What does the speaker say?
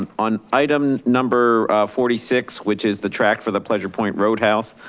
um on item number forty six, which is the track for the pleasure point roadhouse,